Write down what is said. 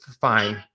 Fine